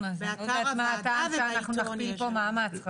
אז אני לא יודעת מה הטעם שאנחנו נכפיל פה מאמץ.